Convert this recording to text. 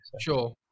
Sure